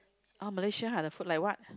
oh Malaysia ha the food like what